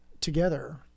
together